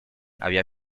había